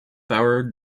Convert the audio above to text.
hour